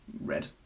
Red